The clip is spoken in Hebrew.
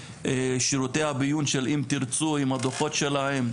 ושירותי הביון של "אם תרצו" עם הדוחות שלהם,